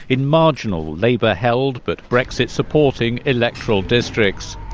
in marginal labour-held but brexit-supporting, electoral districts